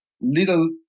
little